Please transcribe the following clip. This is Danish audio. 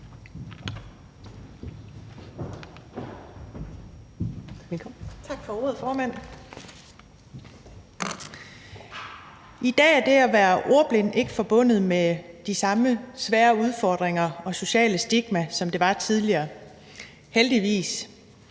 Tak for ordet, formand. I dag er det at være ordblind ikke forbundet med de samme svære udfordringer og den samme sociale stigma, som det var tidligere – heldigvis.